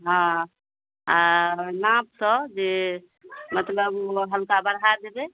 हँ आ नापसँ जे मतलब हल्का बढ़ा देबै